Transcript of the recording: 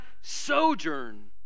sojourn